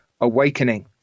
awakening